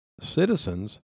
citizens